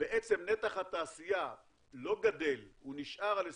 בעצם נתח התעשייה לא גדל, הוא נשאר על 22%,